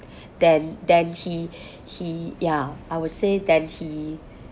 than than he he ya I would say that he